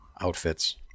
Outfits